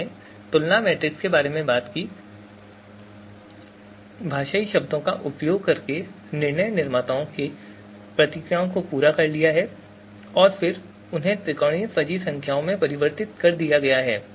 हमने तुलना मैट्रिक्स के बारे में बात की है भाषाई शब्दों का उपयोग करके निर्णय निर्माताओं से प्रतिक्रियाओं को पूरा कर लिया है और फिर उन्हें त्रिकोणीय फजी संख्याओं में परिवर्तित कर दिया है